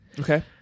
Okay